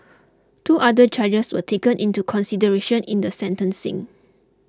two other charges were taken into consideration in the sentencing